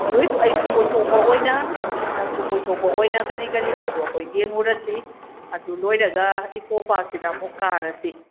ꯑꯗꯨ ꯑꯣꯏꯔꯁꯨ ꯑꯩꯁꯨ ꯀꯣꯏꯊꯣꯛꯄ ꯑꯣꯏꯅ ꯅꯪꯁꯨ ꯀꯣꯏꯊꯣꯛꯄ ꯑꯣꯏꯅ ꯀꯔꯤ ꯀꯔꯤꯅꯣꯗꯣ ꯑꯩꯈꯣꯏ ꯌꯦꯡꯉꯨꯔꯁꯤ ꯑꯗꯨ ꯂꯣꯏꯔꯒ ꯏꯀꯣ ꯄꯥꯔꯛꯁꯤꯗ ꯑꯃꯨꯛ ꯀꯥꯔꯁꯤ